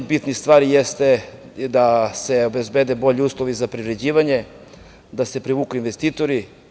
bitnih stvari jeste da se obezbede bolji uslovi za privređivanje, da se privuku investitori.